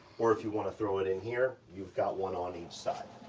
or if you wanna throw it in here, you've got one on each side.